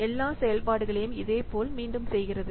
எல்லா செயல்பாடுகளையும் இதேபோல் மீண்டும் செய்கிறது